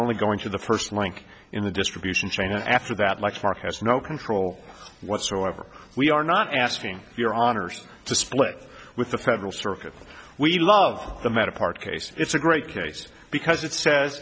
only going to the first link in the distribution chain after that like mark has no control whatsoever we are not asking your honour's to split with the federal circuit we love the metal part case it's a great case because it says